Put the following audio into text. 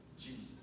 Jesus